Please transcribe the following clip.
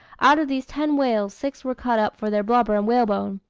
out of these ten whales, six were cut up for their blubber and whalebone.